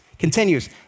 Continues